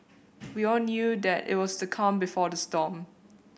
we all knew that it was the calm before the storm